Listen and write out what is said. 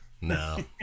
No